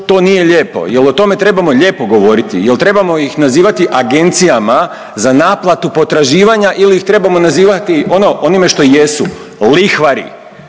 to nije lijepo. Je l' o tome trebamo lijepo govoriti? Je l' trebamo ih nazivati agencijama za naplatu potraživanja ili ih trebamo nazivati ono, onime što jesu? Lihvari.